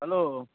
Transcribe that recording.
hello